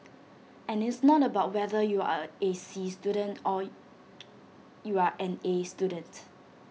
and it's not about whether you are A C student or you are an A student